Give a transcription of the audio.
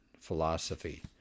philosophy